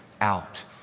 out